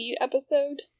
episode